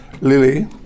Lily